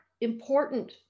important